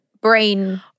brain